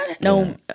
No